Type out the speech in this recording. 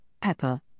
pepper